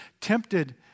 tempted